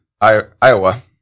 Iowa